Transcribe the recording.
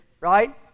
Right